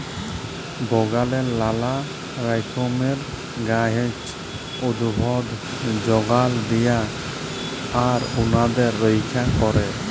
বাগালে লালা রকমের গাহাচ, উদ্ভিদ যগাল দিয়া আর উনাদের রইক্ষা ক্যরা